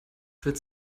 wird